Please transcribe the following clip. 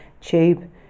tube